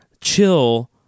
chill